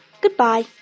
Goodbye